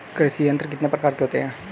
कृषि यंत्र कितने प्रकार के होते हैं?